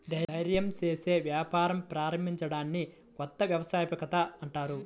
ధైర్యం చేసి వ్యాపారం ప్రారంభించడాన్ని కొత్త వ్యవస్థాపకత అంటారు